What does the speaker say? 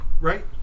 Right